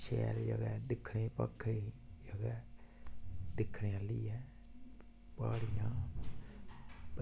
शैल जगह दिक्खने गी जगह ऐ दिक्खने आह्ली ऐ प्हाड़ियां